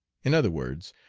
in other words,